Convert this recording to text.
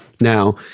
Now